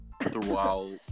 throughout